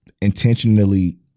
intentionally